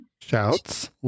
Shouts